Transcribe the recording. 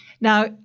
Now